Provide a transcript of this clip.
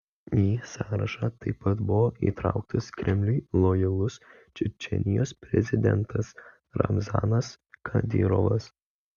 į sąrašą taip pat buvo įtrauktas kremliui lojalus čečėnijos prezidentas ramzanas kadyrovas